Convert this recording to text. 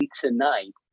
tonight